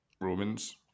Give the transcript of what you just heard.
Roman's